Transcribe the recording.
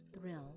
thrill